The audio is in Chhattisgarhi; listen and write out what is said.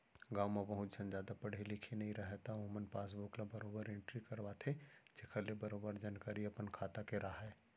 गॉंव म बहुत झन जादा पढ़े लिखे नइ रहयँ त ओमन पासबुक ल बरोबर एंटरी करवाथें जेखर ले बरोबर जानकारी अपन खाता के राहय